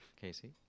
Casey